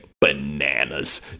bananas